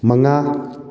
ꯃꯉꯥ